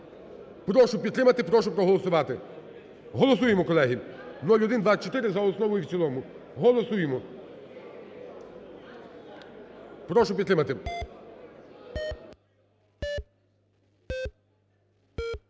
Прошу підтримати, прошу проголосувати. Голосуємо, колеги 0124 за основу і в цілому. Голосуємо. Прошу підтримати.